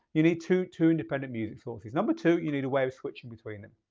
you need to two independent music sources. number two, you need a way of switching between them.